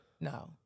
No